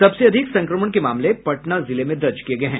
सबसे अधिक संक्रमण के मामले पटना जिले में दर्ज किये गये हैं